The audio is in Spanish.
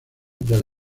del